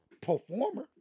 performer